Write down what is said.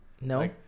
No